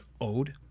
owed